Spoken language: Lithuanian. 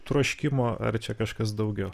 troškimo ar čia kažkas daugiau